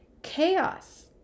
Chaos